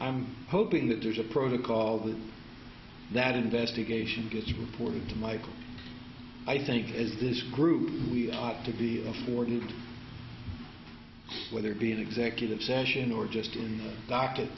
i'm hoping that there's a protocol that that investigation gets reported to michael i think is this group we ought to be afforded whether it be in executive session or just in the docket